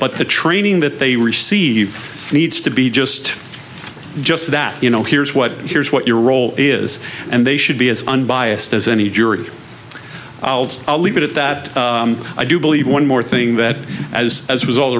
but the training that they receive needs to be just just that you know here's what here's what your role is and they should be as unbiased as any jury i'll leave it at that i do believe one more thing that as as